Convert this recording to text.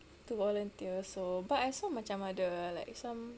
to volunteer so but I saw macam ada like some